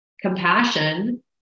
compassion